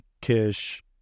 Kish